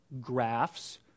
graphs